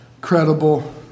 credible